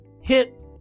hit